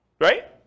Right